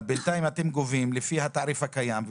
אבל בינתיים אתם גובים לפי התעריף הקיים,